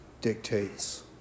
dictates